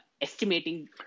estimating